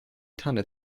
tanne